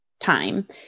time